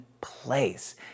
place